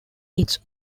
its